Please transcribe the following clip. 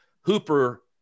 Hooper